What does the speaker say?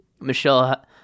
Michelle